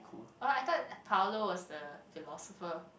oh I thought Paulo was the philosopher